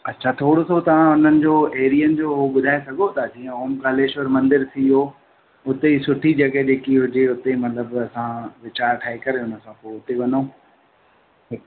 अच्छा थोरो सो तां हुननि जो एरियनि जो ॿुधाए सघो था जीअं ओंकारेश्वर मंदरु थी वियो उते ई सुठी जॻह जेकी हुजे उते मतलबु असां वीचारु ठाहे करे हुन खां पोइ उते वञू